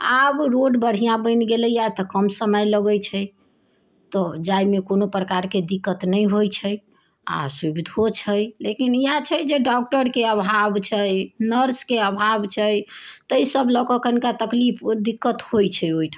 आब रोड बढ़िआँ बनि गेलैए तऽ कम समय लगै छै तऽ जाइमे कोनो प्रकारके दिक्कत नहि होइ छै आओर सुविधो छै लेकिन इएह छै जे डॉक्टरके अभाव छै नर्सके अभाव छै तै सभ लअ कऽ कनिका तकलीफ अऽ दिक्कत होइ छै ओहिठाम